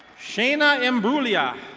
shana embrolia.